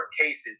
cases